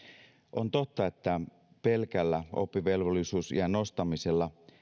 on totta että pelkällä oppivelvollisuusiän nostamisella